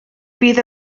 fydd